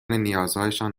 نیازهایشان